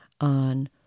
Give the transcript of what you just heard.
on